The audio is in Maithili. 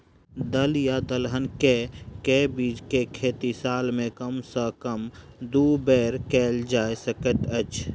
दल या दलहन केँ के बीज केँ खेती साल मे कम सँ कम दु बेर कैल जाय सकैत अछि?